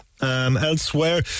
Elsewhere